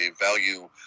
value